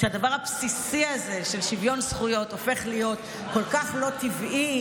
שהדבר הבסיסי הזה של שוויון זכויות הופך להיות כל כך לא טבעי,